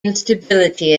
instability